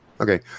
Okay